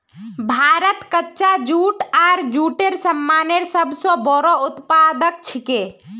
भारत कच्चा जूट आर जूटेर सामानेर सब स बोरो उत्पादक छिके